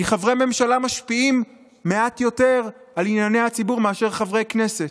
כי חברי ממשלה משפיעים מעט יותר על ענייני הציבור מאשר חברי כנסת.